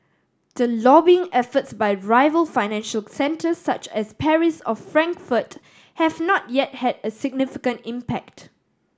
the lobbying efforts by rival financial centres such as Paris or Frankfurt have not yet had a significant impact